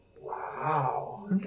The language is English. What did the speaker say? Wow